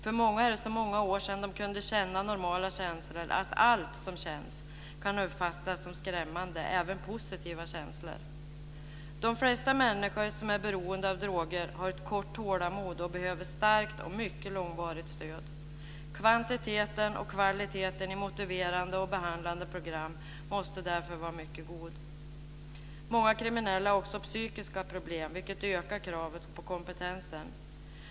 För många är det så många år sedan de kunde uppleva normala känslor att allt som känns kan uppfattas som skrämmande, även positiva känslor. De flesta människor som är beroende av droger har ett litet tålamod och behöver starkt och mycket långvarigt stöd. Kvantiteten och kvaliteten i motiverande och behandlande program måste därför vara mycket god. Många kriminella har också psykiska problem, vilket ökar kravet på kompetensen.